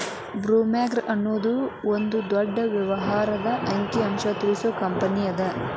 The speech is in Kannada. ಬ್ಲೊಮ್ರಾಂಗ್ ಅನ್ನೊದು ಒಂದ ದೊಡ್ಡ ವ್ಯವಹಾರದ ಅಂಕಿ ಸಂಖ್ಯೆ ತಿಳಿಸು ಕಂಪನಿಅದ